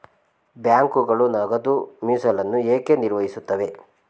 ಬ್ಯಾಂಕುಗಳು ನಗದು ಮೀಸಲನ್ನು ಏಕೆ ನಿರ್ವಹಿಸುತ್ತವೆ?